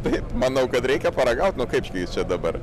taip manau kad reikia paragaut nu kaip gi čia dabar